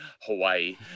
Hawaii